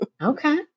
Okay